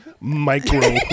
Micro